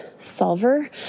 Solver